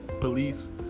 police